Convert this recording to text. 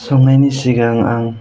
संनायनि सिगां आं